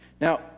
Now